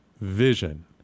vision